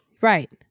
Right